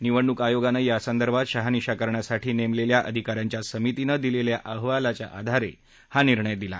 निवडणूक आयोगाने यासंदर्भात शहानिशा करण्यासाठी नेमलेल्या अधिकाऱ्यांच्या समितीने दिलेल्या अहवालाच्या आधारे हा निर्णय दिला